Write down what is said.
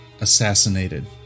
assassinated